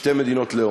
שתי מדינות לאום.